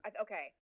okay